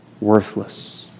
worthless